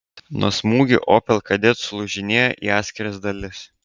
nuo smūgių opel kadett sulūžinėjo į atskiras dalis